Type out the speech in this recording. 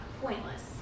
pointless